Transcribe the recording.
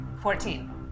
fourteen